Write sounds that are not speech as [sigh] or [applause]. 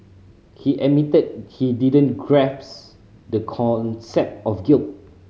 he admitted he didn't [unintelligible] the concept of guilt